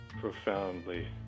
profoundly